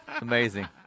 Amazing